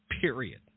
period